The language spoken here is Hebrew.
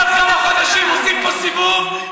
כבר כמה חודשים עושים פה סיבוב,